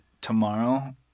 tomorrow –